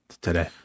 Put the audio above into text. today